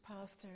pastor